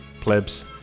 plebs